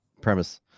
premise